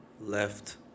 left